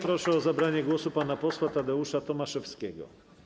Proszę o zabranie głosu pana posła Tadeusza Tomaszewskiego.